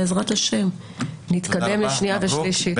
בעזרת השם, נתקדם לשנייה ושלישית.